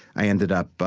i ended up,